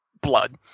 blood